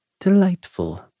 Delightful